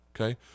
okay